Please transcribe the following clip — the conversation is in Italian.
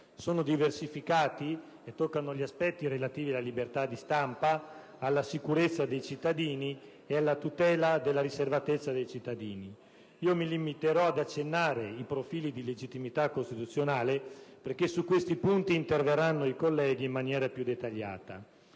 sono diversificati e riguardano aspetti relativi alla libertà di stampa, alla sicurezza dei cittadini e alla tutela della riservatezza dei cittadini. Mi limiterò ad accennare i profili di illegittimità costituzionale, poiché su questi punti interverranno i colleghi in maniera più dettagliata.